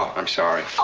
i'm sorry. oh,